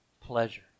pleasure